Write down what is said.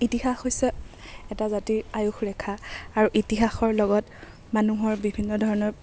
ইতিহাস হৈছে এটা জাতিৰ আয়ুসৰেখা আৰু ইতিহাসৰ লগত মানুহৰ বিভিন্ন ধৰণৰ